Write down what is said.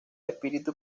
espíritu